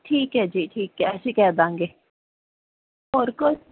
ਠੀਕ ਹੈ ਜੀ ਠੀਕ ਹੈ ਅਸੀਂ ਕਹਿ ਦਾਂਗੇ ਹੋਰ ਕੁਝ